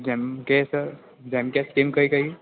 જેમ કે સર જેમ કે સ્ટીમ કઈ કઈ